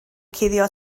cuddio